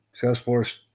Salesforce